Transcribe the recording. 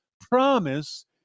promise